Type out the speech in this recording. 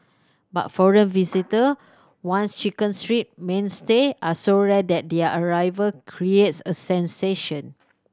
but foreign visitor once Chicken Street mainstay are so rare that their arrival creates a sensation